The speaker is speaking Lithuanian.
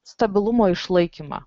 stabilumo išlaikymą